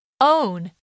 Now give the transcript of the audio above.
Own